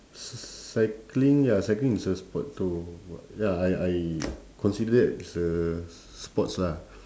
cycling ya cycling is a sport too ya I I consider that as a sports lah